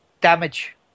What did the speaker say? damage